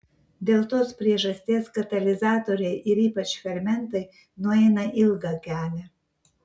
dėl tos priežasties katalizatoriai ir ypač fermentai nueina ilgą kelią